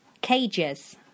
Cages